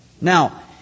Now